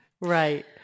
Right